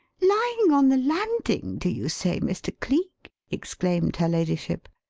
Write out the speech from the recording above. lying on the landing, do you say, mr. cleek? exclaimed her ladyship.